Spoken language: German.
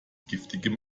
giftigem